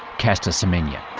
caster semenya.